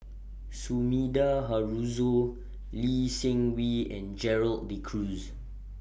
Sumida Haruzo Lee Seng Wee and Gerald De Cruz